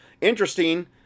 Interesting